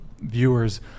viewers